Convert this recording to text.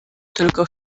tylko